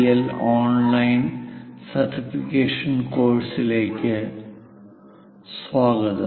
L online certification കോഴ്സുകളിലേക്ക് സ്വാഗതം